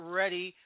ready